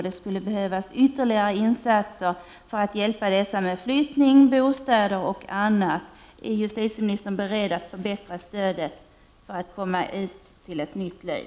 Det skulle behövas ytterligare insatser för att hjälpa dessa med flyttning, bostäder och annat. Är justitieministern beredd att förbättra stödet, så att de kan komma ut till ett nytt liv?